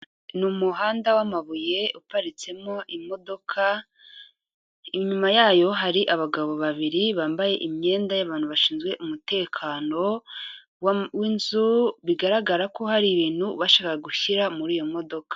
Ni umuhanda w'amabuye uparitsemo imodoka, inyuma yayo hari abagabo babiri bambaye imyenda y'abantu bashinzwe umutekano w'inzu, bigaragara ko hari ibintu bashakaga gushyira muri iyo modoka.